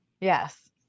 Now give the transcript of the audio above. yes